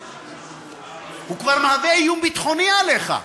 הוא כבר מהווה איום ביטחוני עליך.